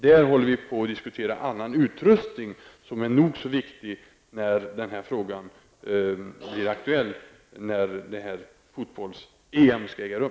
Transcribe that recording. Vi diskuterar däremot annan utrustning; en nog så viktig fråga när det blir aktuellt med fotbolls-EM.